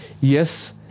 yes